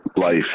life